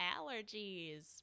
allergies